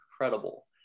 incredible